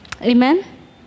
Amen